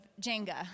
Jenga